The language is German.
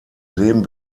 leben